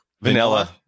Vanilla